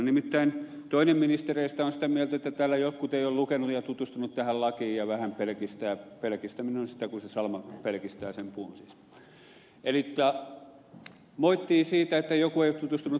nimittäin toinen ministereistä on sitä mieltä että täällä jotkut eivät ole lukeneet ja tutustuneet tähän lakiin ja vähän pelkistää pelkistäminen on muuten sitä kun salama pelkistää sen puun elikkä moittii siitä että joku ei ole tutustunut tähän lakiin